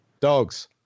Dogs